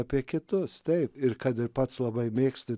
apie kitus taip ir kad ir pats labai mėgsti